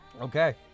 Okay